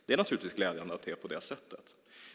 Det är naturligtvis glädjande att det är på det sättet.